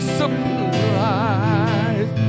supplies